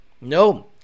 No